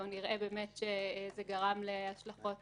או שנראה שזה גרם להשלכות